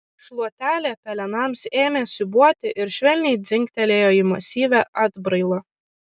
šluotelė pelenams ėmė siūbuoti ir švelniai dzingtelėjo į masyvią atbrailą